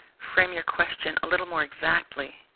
frame your question a little more exactly.